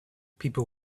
people